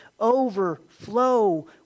overflow